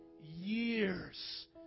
years